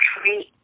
treat